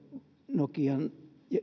nokian